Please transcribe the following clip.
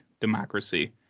democracy